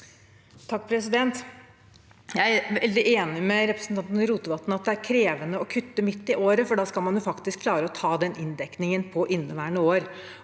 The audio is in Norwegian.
(Sp) Jeg er veldig enig med representanten Rotevatn i at det er krevende å kutte midt i året, for da skal man faktisk klare å ta den inndekningen i inneværende år.